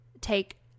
take